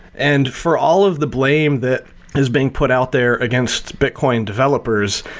and for all of the blame that is being put out there against bitcoin developers,